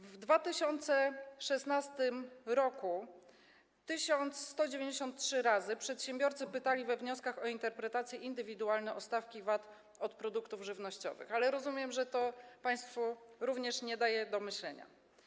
W 2016 r. 1193 razy przedsiębiorcy pytali we wnioskach o interpretacje indywidualne o stawki VAT na produkty żywnościowe, ale rozumiem, że to państwu również nie daje do myślenia.